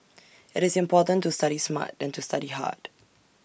IT is important to study smart than to study hard